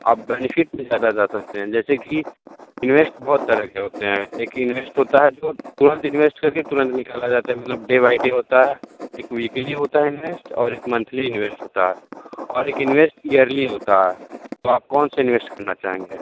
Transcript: आप बेनिफिट में ज़्यादा रह सकते हैं जैसे कि इन्वेस्ट बहुत तरह के होते हैं एक इन्वेस्ट होता जो तुरंत इन्वेस्ट करके तुरंत निकाला जाता है मतलब डे बाय डे होता है एक वीक्ली होता है इन्वेस्ट और एक मंथली इन्वेस्ट होता है और एक इन्वेस्ट इयरली होता है तो आप कौन सा इन्वेस्ट करना चाहेंगे